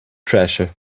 treasure